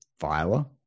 Viola